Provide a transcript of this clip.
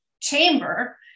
chamber